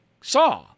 saw